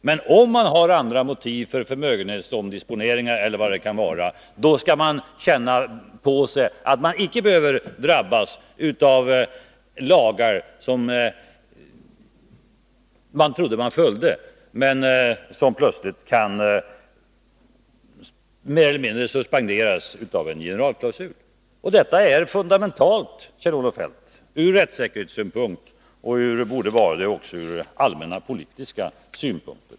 Men om man har andra motiv för förmögenhetsomdisponeringar eller vad det kan vara, skall man inte behöva drabbas av lagar som man trodde att man följde men som plötsligt mer eller mindre suspenderas av en generalklausul. Detta är fundamentalt från rättssäkerhetssynpunkt, Kjell-Olof Feldt, och borde vara det också från allmänna, politiska synpunkter.